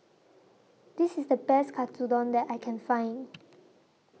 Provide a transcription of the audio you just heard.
This IS The Best Katsudon that I Can Find